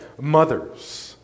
mothers